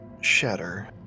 shatter